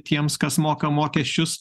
tiems kas moka mokesčius